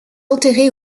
enterrée